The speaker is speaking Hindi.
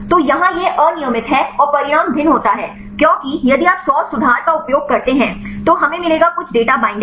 तो यहाँ यह अनियमित है और परिणाम भिन्न होता है क्योंकि यदि आप 100 सुधार का उपयोग करते हैं तो हमें मिलेगा कुछ डेटा बिंडिंग